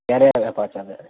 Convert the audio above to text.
ક્યારે આવ્યા પાછા તમે